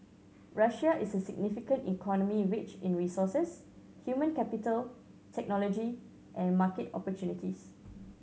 Russia is a significant economy rich in resources human capital technology and market opportunities